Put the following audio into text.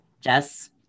Jess